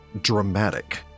dramatic